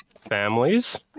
Families